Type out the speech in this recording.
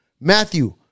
Matthew